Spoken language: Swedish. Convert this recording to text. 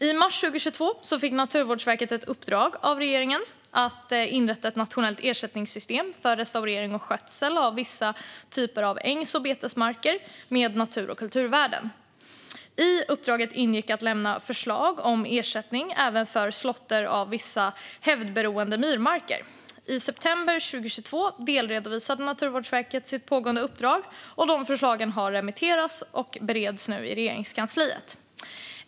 I mars 2022 fick Naturvårdsverket ett uppdrag av regeringen att inrätta ett nationellt ersättningssystem för restaurering och skötsel av vissa typer av ängs och betesmarker med natur och kulturvärden. I uppdraget ingick att lämna förslag om ersättning även för slåtter av vissa hävdberoende myrmarker. I september 2022 delredovisade Naturvårdsverket sitt pågående uppdrag. Förslagen har remitterats och bereds nu i Regeringskansliet.